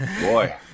boy